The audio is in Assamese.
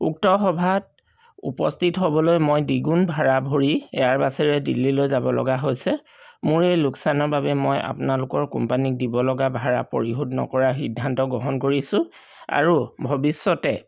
উক্ত সভাত উপস্থিত হ'বলৈ মই দ্বিগুণ ভাৰা ভৰি এয়াৰ বাছেৰে দিল্লীলৈ যাব লগা হৈছে মোৰ এই লোকচানৰ বাবে মই আপোনালোকৰ কোম্পানীক দিব লগা ভাড়া পৰিশোধ নকৰা সিদ্ধান্ত গ্ৰহণ কৰিছোঁ আৰু ভৱিষ্যতে